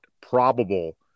probable